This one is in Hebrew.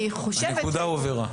הנקודה הובהרה.